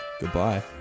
Goodbye